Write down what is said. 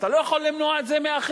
אתה לא יכול למנוע את זה מאחרים.